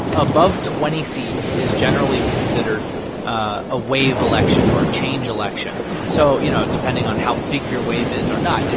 above twenty seats is generally considered a ah wave election or a change election so, you know, depending on how big your wave is or not. you know,